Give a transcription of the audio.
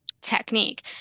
technique